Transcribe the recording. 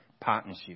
partnership